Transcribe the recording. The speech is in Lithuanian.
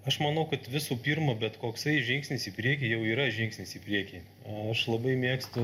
aš manau kad visų pirma bet koksai žingsnis į priekį jau yra žingsnis į priekį o aš labai mėgstu